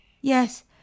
Yes